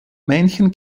männchen